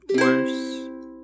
worse